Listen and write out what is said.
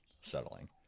settling